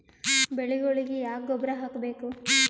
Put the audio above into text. ಬೆಳಿಗೊಳಿಗಿ ಯಾಕ ಗೊಬ್ಬರ ಹಾಕಬೇಕು?